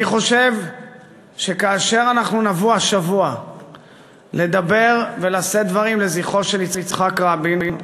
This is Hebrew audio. אני חושב שכאשר אנחנו נבוא השבוע לדבר ולשאת דברים לזכרו של יצחק רבין,